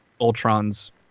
Ultron's